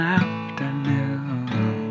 afternoon